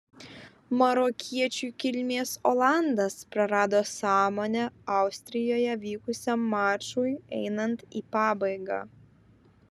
marokiečių kilmės olandas prarado sąmonę austrijoje vykusiam mačui einant į pabaigą